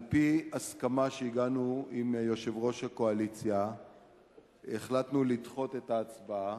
על-פי הסכמה שהגענו עם יושב-ראש הקואליציה החלטנו לדחות את ההצבעה,